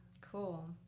cool